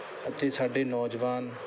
ਅਤੇ ਸਾਡੇ ਨੌਜਵਾਨ